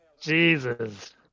Jesus